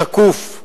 שקוף,